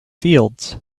fields